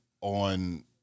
on